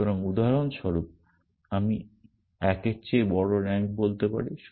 সুতরাং উদাহরণস্বরূপ আমি 1 এর চেয়ে বড় রাঙ্ক বলতে পারি